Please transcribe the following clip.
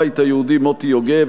הבית היהודי: מרדכי יוגב.